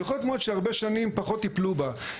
שיכול להיות מאד שהרבה שנים פחות טיפלו בה,